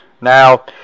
Now